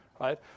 right